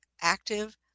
active